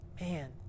Man